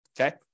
Okay